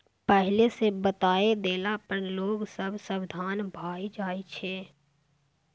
पहिले सँ बताए देला पर लोग सब सबधान भए जाइ छै